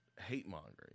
hate-mongering